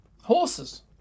horses